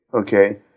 Okay